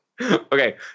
Okay